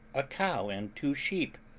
a cow and two sheep,